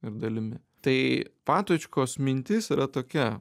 ir dalimi tai patočkos mintis yra tokia